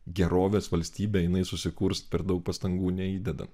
gerovės valstybė jinai susikurs per daug pastangų neįdedant